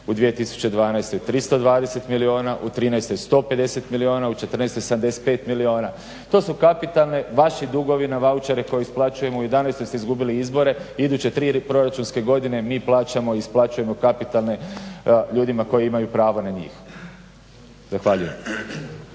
u 2012. 320 milijuna, u 13. 150 milijuna, u 14,. 75 milijuna. To su kapitalne, vaši dugovi na vaučere koje isplaćujemo, u 11. ste izgubili izbore iduće 3 proračunske godine mi plaćamo i isplaćujemo kapitalne, ljudima koji imaju pravo na njih. Zahvaljujem.